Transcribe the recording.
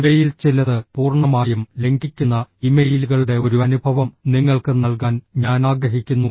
ഇവയിൽ ചിലത് പൂർണ്ണമായും ലംഘിക്കുന്ന ഇമെയിലുകളുടെ ഒരു അനുഭവം നിങ്ങൾക്ക് നൽകാൻ ഞാൻ ആഗ്രഹിക്കുന്നു